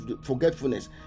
forgetfulness